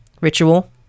ritual